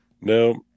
No